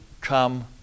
come